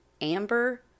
amber